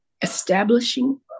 establishing